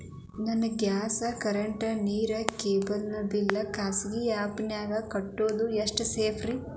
ನನ್ನ gas current, ನೇರು, cable ನ ಬಿಲ್ ಖಾಸಗಿ ಆ್ಯಪ್ ನ್ಯಾಗ್ ಕಟ್ಟೋದು ಎಷ್ಟು ಸೇಫ್ರಿ?